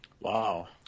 Wow